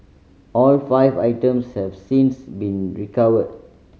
all five items have since been recovered